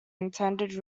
intended